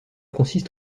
consiste